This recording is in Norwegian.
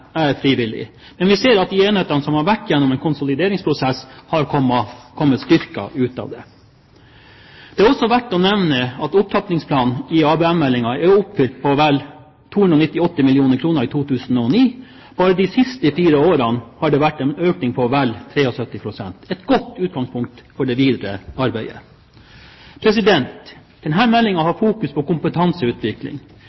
er frivillig, men vi ser at de enhetene som har vært gjennom en konsolideringsprosess, har kommet styrket ut av det. Det er også verdt å nevne at opptrappingsplanen i ABM-meldingen er oppfylt, på vel 298 mill. kr i 2009. Bare de siste fire årene har det vært en økning på vel 73 pst., et godt utgangspunkt for det videre arbeidet. Denne meldingen har